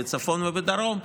בצפון ובדרום,